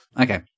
Okay